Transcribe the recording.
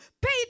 pay